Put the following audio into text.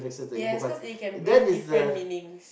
yes cause it can bring different meanings